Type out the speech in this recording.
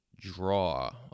draw